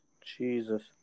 Jesus